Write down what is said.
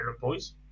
boys